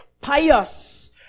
pious